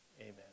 amen